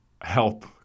help